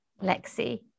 Lexi